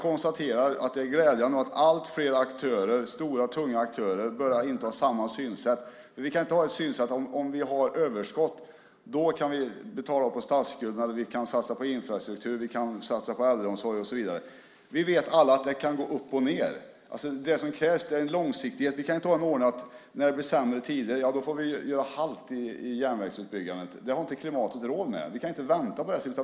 Det är glädjande att allt fler aktörer, stora tunga aktörer, börjar inta samma synsätt. Vi kan inte ha ett synsätt att om vi har överskott kan vi betala av på statsskulden, satsa på infrastruktur, satsa på äldreomsorg och så vidare. Vi vet alla att det kan gå upp och ned. Det som krävs är en långsiktighet. Vi kan inte ha en ordning att när det blir sämre tider får vi göra halt i järnvägsutbyggandet. Det har inte klimatet råd med. Vi kan inte vänta på det.